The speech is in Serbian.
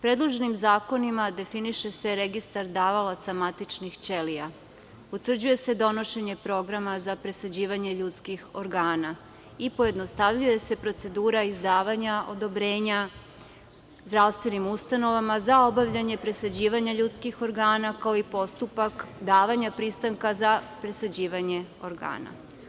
Predloženim zakonima definiše se registar davaoca matičnih ćelija, utvrđuje se donošenje programa za presađivanje ljudskih organa i pojednostavljuje se procedura izdavanja odobrenja zdravstvenim ustanovama za obavljanje presađivanja ljudskih organa, kao i postupak davanja pristanka za presađivanje organa.